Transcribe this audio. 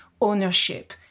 ownership